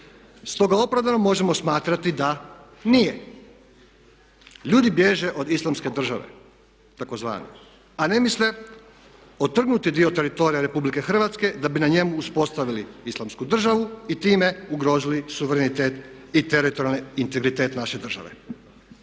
Stoga opravdano možemo smatrati da nije. Ljudi bježe od Islamske države takozvane, a ne misle otrgnuti dio teritorija RH da bi na njemu uspostavili Islamsku državu i time ugrozili suverenitet i teritorijalni integritet naše države.